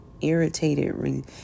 irritated